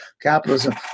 Capitalism